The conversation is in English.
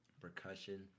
percussion